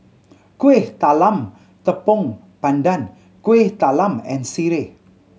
Kuih Talam Tepong Pandan Kueh Talam and sireh